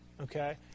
okay